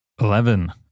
Eleven